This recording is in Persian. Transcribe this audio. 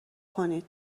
کنین